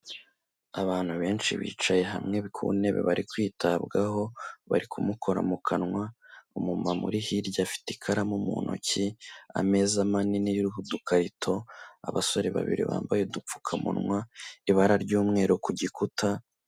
Abantu benshi bicaye hamwe ku ntebe bari kwitabwaho, bari kumukora mu kanwa, umumama uri hirya afite ikaramu mu ntoki, ameza manini ariho udukarito, abasore babiri bambaye udupfukamunwa, ibara ry'umweru ku gikuta.